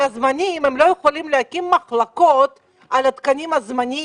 הזמניים הם לא יכולים להקים מחלקות על התקנים הזמניים.